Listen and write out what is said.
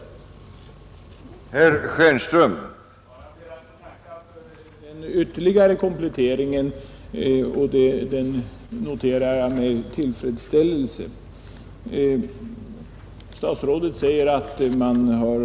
SJS Ang. de ekonomis